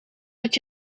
dat